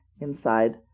inside